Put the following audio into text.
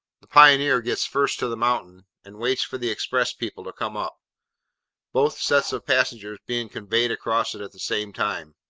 the pioneer gets first to the mountain, and waits for the express people to come up both sets of passengers being conveyed across it at the same time.